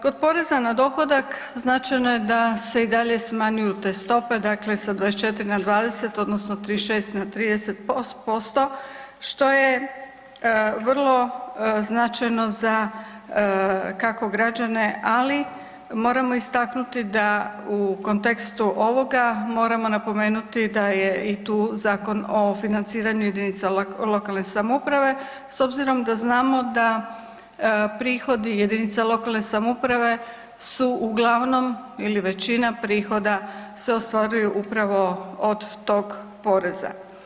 Kod poreza na dohodak značajno da se i dalje smanjuju te stope sa 24 na 20 odnosno 36 na 30% što je vrlo značajno za kako građane, ali moramo istaknuti da u kontekstu ovoga moramo napomenuti da je i tu Zakon o financiranju jedinica lokalne samouprave s obzirom da znamo da prihodi jedinica lokalne samouprave su uglavnom ili većina prihoda se ostvaruje upravo od tog poreza.